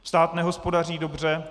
Stát nehospodaří dobře.